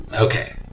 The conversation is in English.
okay